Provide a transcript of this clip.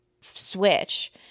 switch